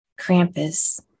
Krampus